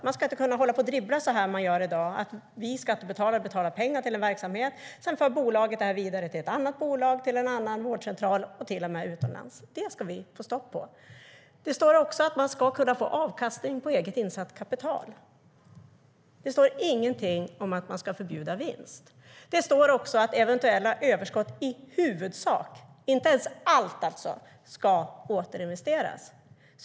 Man ska inte kunna hålla på och dribbla så som man gör i dag när skattebetalare betalar pengar till en verksamhet och bolagen sedan för dessa pengar vidare till ett annat bolag, en annan vårdcentral och till och med utomlands. Det står också att man ska kunna få avkastning på eget insatt kapital. Det står inget om att vinst ska förbjudas. Det står också att eventuellt överskott i huvudsak , inte allt alltså, ska återinvesteras.